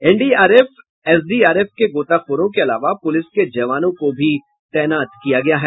NDRF SDRF के गोताखोरों के अलावा पुलिस के जवानों की भी तैनाती की गई है